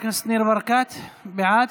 חבר הכנסת ניר ברקת, בעד.